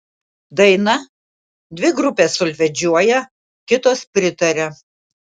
daina dvi grupės solfedžiuoja kitos pritaria